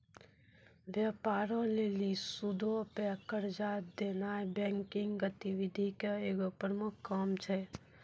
व्यापारो लेली सूदो पे कर्जा देनाय बैंकिंग गतिविधि के एगो प्रमुख काम छै